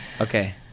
okay